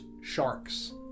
sharks